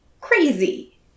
crazy